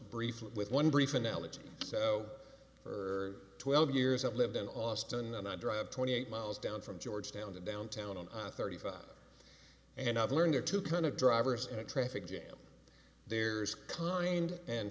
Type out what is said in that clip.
briefly with one brief analogy so for twelve years i've lived in austin and i drive twenty eight miles down from georgetown to downtown on i thirty five and i've learned to kind of drivers in a traffic jam there's kind and